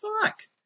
fuck